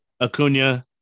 Acuna